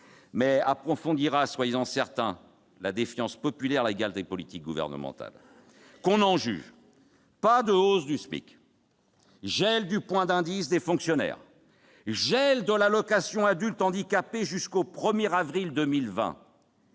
Cela approfondira, soyez-en certains, la défiance populaire à l'égard des politiques gouvernementales. Qu'on en juge : pas de hausse du SMIC, gel du point d'indice des fonctionnaires, gel de l'allocation adulte handicapé jusqu'au 1avril 2020.